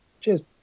cheers